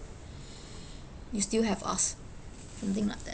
you still have us something like that